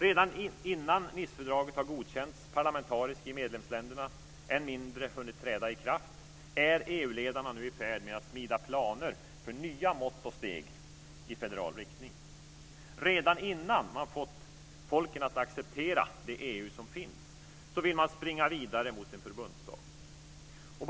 Redan innan Nicefördraget har godkänts parlamentariskt i medlemsländerna - än mindre har hunnit träda i kraft - är EU-ledarna nu i färd med att smida planer för nya mått och steg i federal riktning. Redan innan man fått folken att acceptera det EU som finns vill man springa vidare mot en förbundsstat.